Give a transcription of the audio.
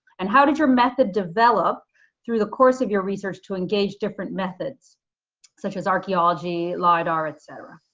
and how did your method develop through the course of your research to engage different methods such as archaeology, lidar, et